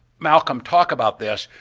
malcolm talk about this,